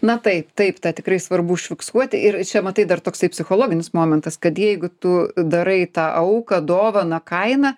na taip taip tą tikrai svarbu užfiksuoti ir čia matai dar toksai psichologinis momentas kad jeigu tu darai tą auką dovaną kainą